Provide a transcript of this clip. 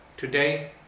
Today